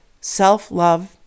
Self-love